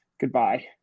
Goodbye